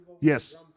Yes